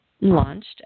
Launched